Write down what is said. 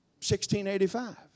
1685